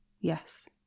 Yes